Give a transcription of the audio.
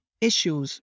issues